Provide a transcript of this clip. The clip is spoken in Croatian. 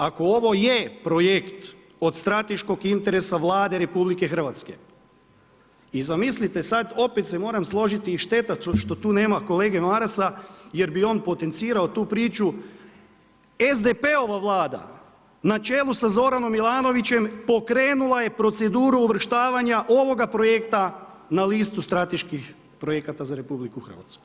Ako ovo je projekt od strateškog interesa Vlade RH i zamislite sad, opet se moram složiti i šteta što tu nema kolege Marasa jer bi on potencirao tu priču, SDP-ova Vlada na čelu sa Zoranom Milanovićem pokrenula je proceduru uvrštavanja ovoga projekta na listi strateških projekata za RH.